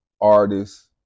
artist